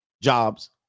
jobs